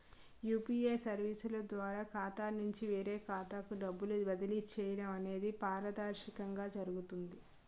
UPA సర్వీసుల ద్వారా ఖాతా నుంచి వేరే ఖాతాకు డబ్బులు బదిలీ చేయడం అనేది పారదర్శకంగా జరుగుతుంది